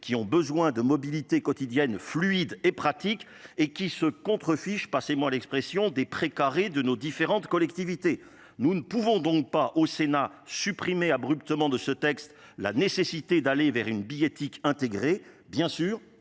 qui ont besoin de mobilités quotidiennes, fluides et pratiques et qui se contrefiche, Passez moi l'expression des prés carrés de nos différentes collectivités nous ne pouvons donc pas au Sénat supprimer, abruptement de ce texte la nécessité d'aller V.. une bii éthique intégrée bien sûr